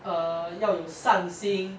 err 要有善心